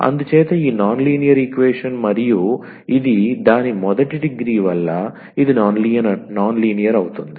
అందుచేత ఈ non linear equation మరియు ఇది దాని మొదటి డిగ్రీ వల్ల ఇది నాన్ లీనియర్ అవుతుంది